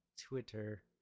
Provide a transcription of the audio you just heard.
Twitter